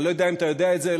אני לא יודע אם אתה יודע את זה,